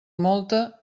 molta